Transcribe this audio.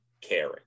caring